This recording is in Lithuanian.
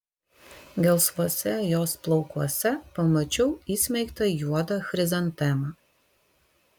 gelsvuose jos plaukuose pamačiau įsmeigtą juodą chrizantemą